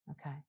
Okay